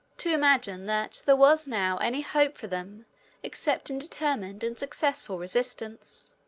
to imagine that there was now any hope for them except in determined and successful resistance.